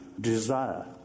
desire